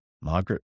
Margaret